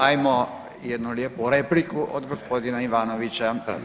Ajmo jednu lijepu repliku od gospodina Ivanovića.